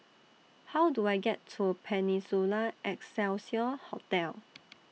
How Do I get to Peninsula Excelsior Hotel